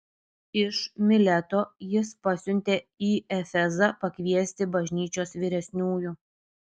iš mileto jis pasiuntė į efezą pakviesti bažnyčios vyresniųjų